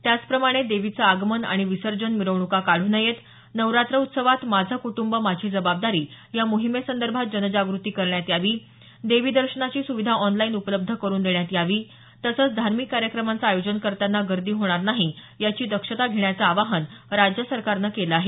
त्याचप्रमाणे देवीचं आगमन आणि विसर्जन मिरवणुका काढू नयेत नवरात्र उत्सवात माझं कुटुंब माझी जबाबदारी या मोहिमेसंदर्भात जनजागृती करण्यात यावी देवी दर्शनाची सुविधा ऑनलाईन उपलब्ध करून देण्यात यावी तसंच धार्मिक कार्यक्रमांचं आयोजन करताना गर्दी होणार नाही याची दक्षता घेण्याचं आवाहन राज्य सरकारनं केलं आहे